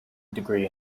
degree